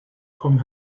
come